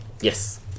Yes